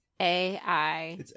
A-I